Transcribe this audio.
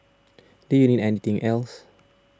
do you need anything else